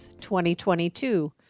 2022